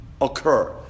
Occur